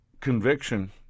conviction